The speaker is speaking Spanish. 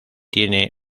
tiene